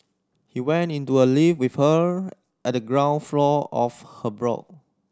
he went into a lift with her at the ground floor of her block